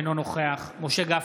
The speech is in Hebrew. אינו נוכח משה גפני,